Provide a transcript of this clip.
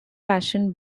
passion